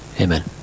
Amen